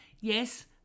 yes